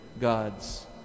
God's